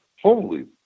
Holy